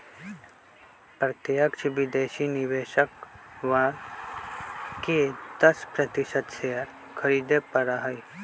प्रत्यक्ष विदेशी निवेशकवन के दस प्रतिशत शेयर खरीदे पड़ा हई